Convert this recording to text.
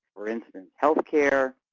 for instance, healthcare,